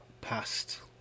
past